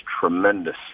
tremendous